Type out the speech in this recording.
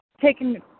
taking